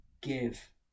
give